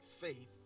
faith